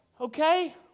Okay